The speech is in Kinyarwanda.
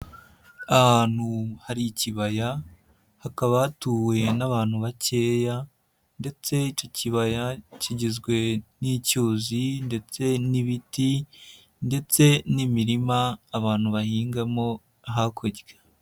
Ahantu hari ikibaya hakaba hatuwe n'abantu bakeya ndetse icyo kibaya kigizwe n'icyuzi ndetse n'ibiti ndetse n'imirima abantu bahingamo hakurya.